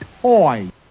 Toy